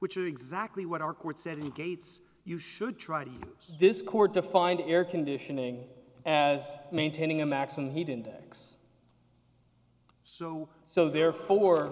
which is exactly what our court said in gates you should try to use this cord to find air conditioning as maintaining a maximum heat index so so therefore